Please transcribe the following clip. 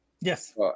Yes